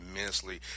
immensely